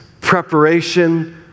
preparation